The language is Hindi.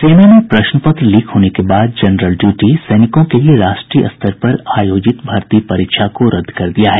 सेना ने प्रश्न पत्र लीक होने के बाद जेनरल ड्यूटी सैनिकों के लिए राष्ट्रीय स्तर पर आयोजित भर्ती परीक्षा को रद्द कर दिया है